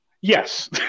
Yes